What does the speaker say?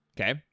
okay